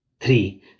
Three